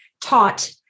taught